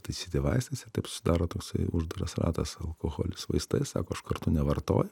taisyti vaistais ir taip susidaro toksai uždaras ratas alkoholis vaistai sako aš kartu nevartoju